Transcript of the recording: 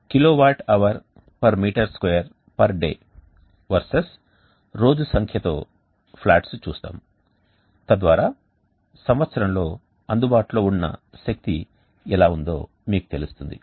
kWHourm2day Vs రోజు సంఖ్యతో plots చూస్తాము తద్వారా సంవత్సరంలో అందుబాటులో ఉన్న శక్తి ఎలా ఉందో మీకు తెలుస్తుంది